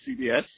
CBS